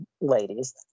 ladies